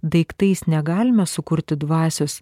daiktais negalime sukurti dvasios